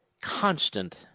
constant